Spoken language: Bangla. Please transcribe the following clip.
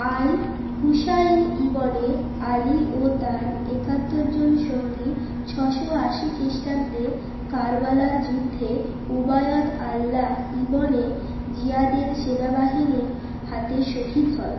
আল হুসেইন ইবনে আলী ও তার একাত্তর জন সঙ্গী ছশো আশি খ্রিষ্টাব্দে কারবালার যুদ্ধে উবায়দ আল্লা ইবনে জিয়াদের সেনাবাহিনীর হাতে শহীদ হয়